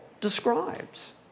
describes